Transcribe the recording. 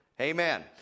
Amen